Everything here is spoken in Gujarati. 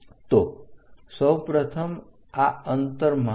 તો સૌપ્રથમ આ અંતર માપો